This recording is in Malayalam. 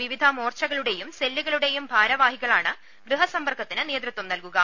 വിവിധ മോർച്ചക ളുടെയും സെല്ലുകളുടെയും ഭാരവാഹികളാണ് ഗൃഹസമ്പർക്കത്തിന് നേതൃത്വം നൽകുക